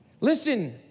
Listen